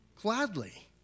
Gladly